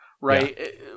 right